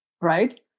right